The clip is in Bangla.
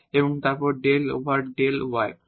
এবং তারপর ডেল ওভার ডেল y হবে